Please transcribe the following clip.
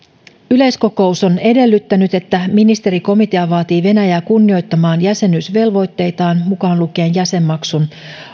yleiskokous on edellyttänyt että ministerikomitea vaatii venäjää kunnioittamaan jäsenyysvelvoitteitaan mukaan lukien jäsenmaksun